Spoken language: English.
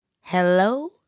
Hello